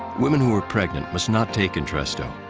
women who are pregnant must not take entresto.